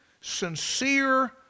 sincere